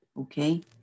okay